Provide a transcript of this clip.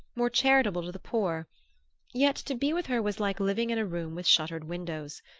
more charitable to the poor yet to be with her was like living in a room with shuttered windows.